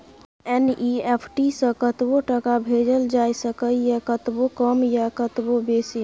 NEFT सँ कतबो टका भेजल जाए सकैए कतबो कम या कतबो बेसी